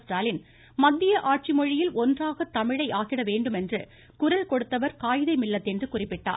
ஸ்டாலின் மத்திய ஆட்சிமொழியில் ஒன்றாக தமிழை ஆக்கிடவேண்டும் என்று குரல் கொடுத்தவர் காயிதே மில்லத் என்று குறிப்பிட்டார்